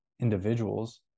individuals